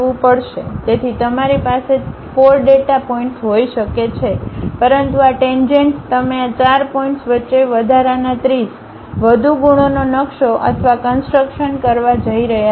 તેથી તમારી પાસે 4 ડેટા પોઇન્ટ્સ હોઈ શકે છે પરંતુ આ ટેજેન્ટ્સ તમે આ 4 પોઇન્ટ્સ વચ્ચે વધારાના 30 વધુ ગુણોનો નકશો અથવા કન્સટ્રક્શન કરવા જઇ રહ્યા છો